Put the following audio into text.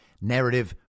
narrative